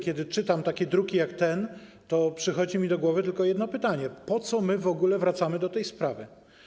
Kiedy czytam takie druki jak ten, to przychodzi mi do głowy tylko jedno pytanie: po co my w ogóle wracamy do tej sprawy?